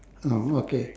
oh okay